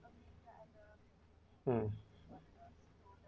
um